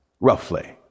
roughly